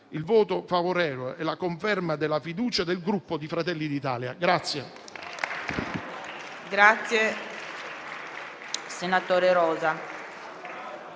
il voto favorevole e la conferma della fiducia del Gruppo Fratelli d'Italia.